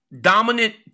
dominant